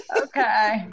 Okay